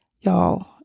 y'all